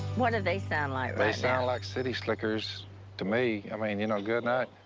what do they sound like? they sound like city slickers to me. um i mean, you know good night.